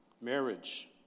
Marriage